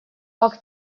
акт